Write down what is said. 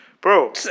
bro